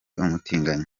umutinganyi